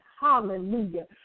Hallelujah